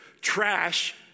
Trash